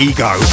Ego